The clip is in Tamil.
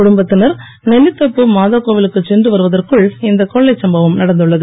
குடும்பத்தினர் நெல்வித்தோப்பு மாதா கோவிலுக்கு சென்று வருவதற்குள் இந்த கொள்ளை சம்பவம் நடந்துள்ளது